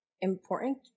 important